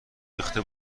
ریخته